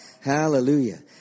Hallelujah